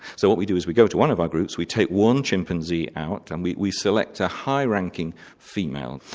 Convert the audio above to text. so what we do is we go to one of our groups, we take one chimpanzee out and we we select a high ranking female.